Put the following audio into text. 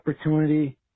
opportunity